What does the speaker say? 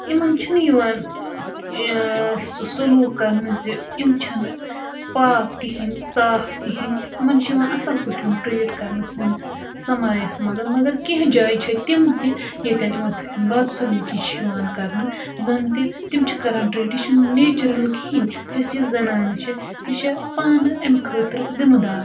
یِمَن چھِنہٕ یِوان سُہ سلوٗک کَرنہٕ زِ یِم چھنہٕ پاک کِہیٖنۍ صاف کِہیٖنۍ یِمَن چھِ یِوان اَصٕل پٲٹھۍ ٹرٛیٖٹ کَرنہٕ سٲنِس سَماجَس منٛز مگر کینٛہہ جایہِ چھےٚ تِم تہِ ییٚتٮ۪ن یِمَن سۭتۍ بد سلوٗکی چھِ یِوان کَرنہٕ زَن تہِ تِم چھِ کَران ٹرٛیٖٹ یہِ چھُنہٕ نیچرَل کِہیٖنۍ یۄس یہِ زَنانہٕ چھےٚ یہِ چھےٚ پانہٕ اَمہِ خٲطرٕ ذِمہٕ دار